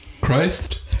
Christ